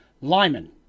Lyman